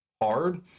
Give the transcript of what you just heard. hard